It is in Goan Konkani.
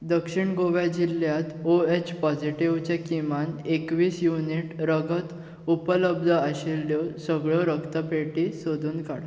दक्षिण गोव्या जिल्ल्यांत ओ एच पोझिटिवचे किमान एकवीस युनिट रगत उपलब्ध आशिल्ल्यो सगळ्यो रक्तपेटी सोदून काड